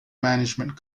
management